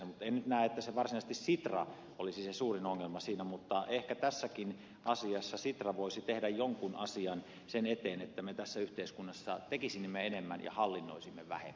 en nyt näe että varsinaisesti sitra olisi se suurin ongelma siinä mutta ehkä tässäkin asiassa sitra voisi tehdä jonkun asian sen eteen että me tässä yhteiskunnassa tekisimme enemmän ja hallinnoisimme vähemmän